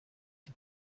die